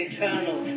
eternal